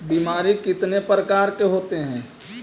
बीमारी कितने प्रकार के होते हैं?